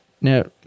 Now